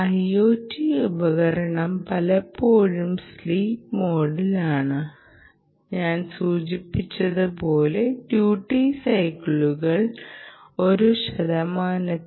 IOT ഉപകരണം പലപ്പോഴും sleep മോഡിലാണ് ഞാൻ സൂചിപ്പിച്ചതുപോലെ ഡ്യൂട്ടി സൈക്കിളുകൾ ഒരു ശതമാനത്തിൽ കുറവാണ്